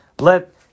let